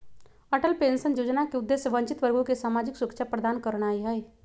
Atal pension Yojana के उद्देश्य वंचित वर्गों के सामाजिक सुरक्षा प्रदान करनाइ हइ